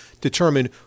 determine